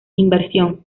inversión